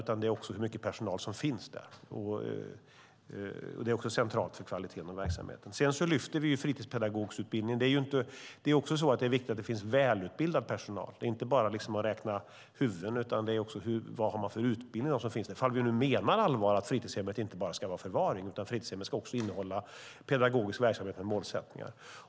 Även hur mycket personal som finns är centralt för kvaliteten och verksamheten. Vi lyfter fritidspedagogsutbildningen, för det är också viktigt att det finns välutbildad personal. Det handlar inte bara om att räkna huvuden, utan även om vad man har för utbildning - om vi nu menar allvar med att fritidshemmet inte bara ska vara förvaring utan också ska innehålla pedagogisk verksamhet med målsättningar.